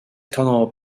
tunnel